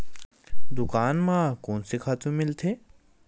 दुकान म कोन से खातु मिलथे?